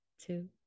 two